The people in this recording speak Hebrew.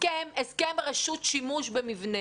הסכם רשות שימוש במבנה.